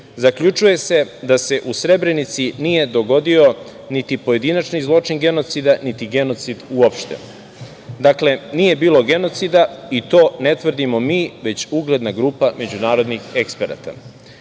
zaključuje se da se u Srebrenici nije dogodio niti pojedinačni zločin genocida, niti genocid uopšte.“Dakle, nije bilo genocida i to ne tvrdimo mi, već ugledna grupa međunarodnih eksperata. Činjenica